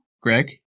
Greg